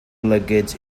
luggage